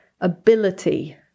ability